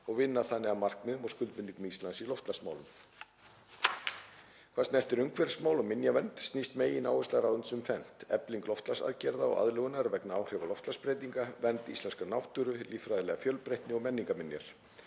og vinna þannig að markmiðum og skuldbindingum Íslands í loftslagsmálum. Hvað snertir umhverfismál og minjavernd snýst megináhersla ráðuneytisins um fernt; eflingu loftslagsaðgerða og aðlögunar vegna áhrifa loftslagsbreytinga; vernd íslenskrar náttúru, líffræðilega fjölbreytni og menningarminjar,